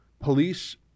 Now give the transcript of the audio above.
police